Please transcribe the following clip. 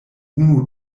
unu